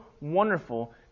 wonderful